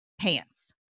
pants